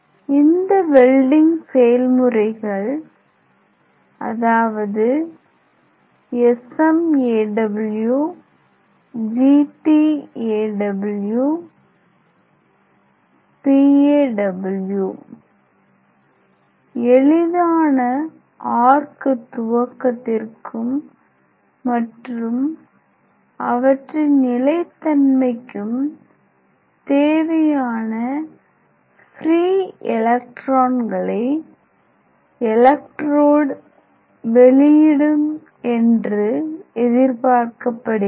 இந்த வெல்டிங் செயல்முறைகள் அதாவது SMAW GTAW PAW எளிதான ஆர்க் துவக்கத்திற்கும் மற்றும் அவற்றின் நிலைத்தன்மைக்கும் தேவையான பிரீ எலக்ட்ரான்களை எலெக்ட்ரோடு வெளியிடும் என்று எதிர்பார்க்கப்படுகிறது